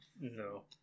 No